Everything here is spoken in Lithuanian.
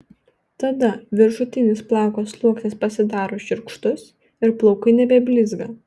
tada viršutinis plauko sluoksnis pasidaro šiurkštus ir plaukai nebeblizga